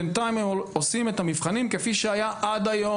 בינתיים הם עושים את המבחנים כפי שהיה עד היום,